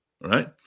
right